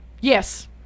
Yes